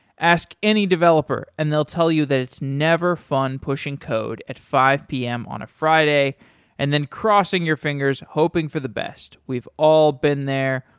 ask any developer and they'll tell you that it's never fun pushing code at five p m. on a friday and then crossing your fingers hoping for the best. we've all been there.